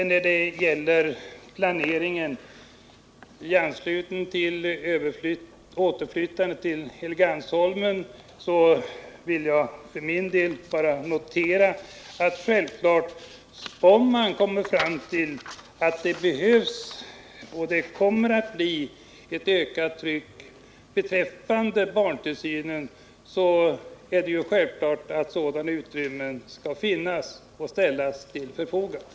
När det gäller planeringen för återflyttning till Helgeandsholmen vill jag för min del bara notera att om man på grund av ökat tryck beträffande barntillsynen kommer fram till att sådan behövs, skall sådana utrymmen naturligtvis finnas och ställas till förfogande.